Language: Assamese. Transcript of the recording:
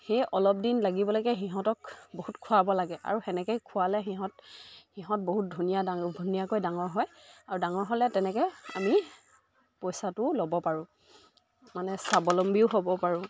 সেই অলপ দিন লাগিবলৈৈকে সিহঁতক বহুত খোৱাব লাগে আৰু তেনেকৈ খোৱালে সিহঁত সিহঁত বহুত ধুনীয়া ধুনীয়াকৈ ডাঙৰ হয় আৰু ডাঙৰ হ'লে তেনেকৈ আমি পইচাটো ল'ব পাৰোঁ মানে স্বাৱলম্বীও হ'ব পাৰোঁ